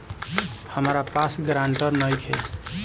हमरा पास ग्रांटर नइखे?